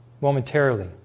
momentarily